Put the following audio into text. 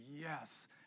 Yes